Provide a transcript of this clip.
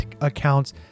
accounts